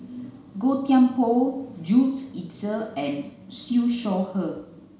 Gan Thiam Poh Jules Itier and Siew Shaw Her